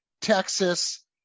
Texas